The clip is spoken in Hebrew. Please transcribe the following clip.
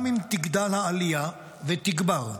גם אם תגדל העלייה ותגבר.